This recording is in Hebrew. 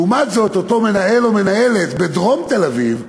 לעומת זאת, אותו מנהל או מנהלת בדרום תל-אביב,